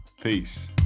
peace